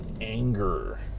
anger